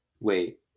Wait